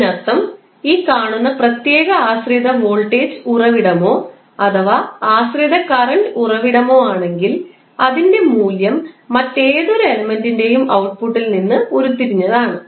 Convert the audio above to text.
അതിനർത്ഥം ഈ കാണുന്ന പ്രത്യേക ആശ്രിത വോൾട്ടേജ് ഉറവിടമോ അഥവാ ആശ്രിത കറൻറ് ഉറവിടമോ ആണെങ്കിൽ അതിന്റെ മൂല്യം മറ്റേതൊരു എലിമെൻറിൻറെയും ഔട്ട്പുട്ടിൽ നിന്ന് ഉരുത്തിരിഞ്ഞതാണ്